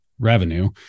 revenue